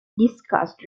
discussed